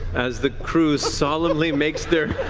as the crew solemnly makes their